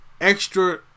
extra